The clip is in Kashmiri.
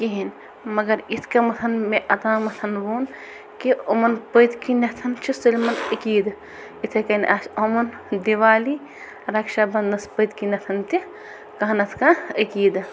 کِہیٖنۍ مگر یِتھ کٔنۍ مےٚ اوٚتامتھ ووٚن کہِ إمن پٔتۍ کِنٮ۪تھ چھُ سٲلِمن عقیٖدٕ یِتھے کٔنۍ آسہِ یِمن دِوالی رکشا بنٛدنس پٔتۍ کِنٮ۪تھ تہِ کانٛہہ نتہٕ کانٛہہ عقیٖدٕ